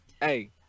Hey